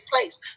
place